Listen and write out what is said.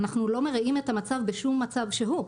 אנחנו לא מרעים את המצב בשום מצב שהוא.